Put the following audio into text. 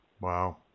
Wow